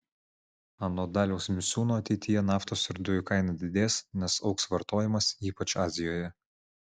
anot daliaus misiūno ateityje naftos ir dujų kaina didės nes augs vartojimas ypač azijoje